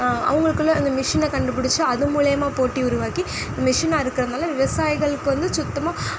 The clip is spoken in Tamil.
அவங்களுக்குள்ள அந்த மிஷினை கண்டுபிடிச்சு அது மூலியமாக போட்டி உருவாக்கி மிஷினை அறுக்கிறதுனால விவசாயிகளுக்கு வந்து சுத்தமாக